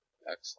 Excellent